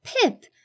Pip